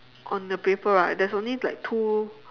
on the paper right there's only like two